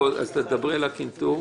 התייחסי לקנטור.